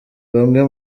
bamwe